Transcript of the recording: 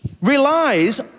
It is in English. relies